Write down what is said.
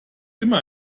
immer